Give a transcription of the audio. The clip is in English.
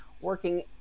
working